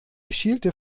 schielte